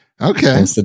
Okay